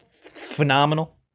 phenomenal